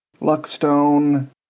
luckstone